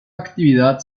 actividad